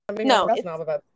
No